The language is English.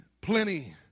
plenty